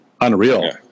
Unreal